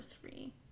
three